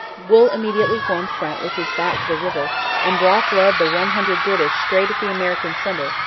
wool immediately formed front with his back to the river and brock led the one hundred british straight at the american centre,